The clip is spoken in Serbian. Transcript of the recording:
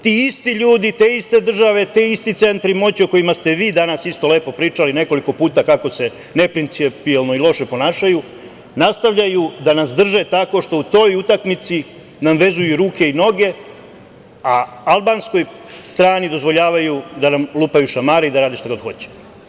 Ti isti ljudi, te iste države, ti isti centri moći o kojima ste vi danas isto lepo pričali nekoliko puta kako se neprincipijelno i loše ponašaju nastavljaju da nas drže tako što u toj utakmici nam vezuju i ruke i noge, a albanskoj strani dozvoljavaju da nam lupaju šamare i da rade šta god hoće.